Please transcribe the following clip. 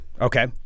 Okay